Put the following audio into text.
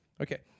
Okay